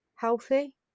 healthy